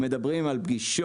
עכשיו אנחנו מדברים על פגישות,